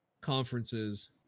conferences